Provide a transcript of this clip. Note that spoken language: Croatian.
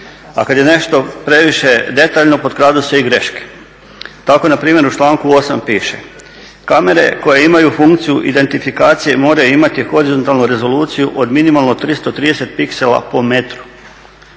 A kada je nešto previše detaljno potkradu se i greške. Tako npr. u članku 8.piše "Kamere koje imaju funkciju identifikacije moraju imati horizontalnu rezoluciju od minimalno 330 pixela po metru".